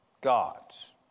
gods